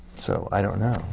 so, i don't know.